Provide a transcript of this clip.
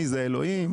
מי זה, אלוהים?